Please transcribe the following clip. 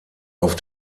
auf